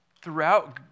throughout